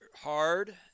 hard